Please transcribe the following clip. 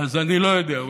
אז אני לא יודע,